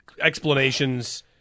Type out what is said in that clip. Explanations